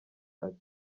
ati